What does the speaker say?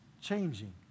changing